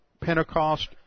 Pentecost